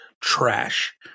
trash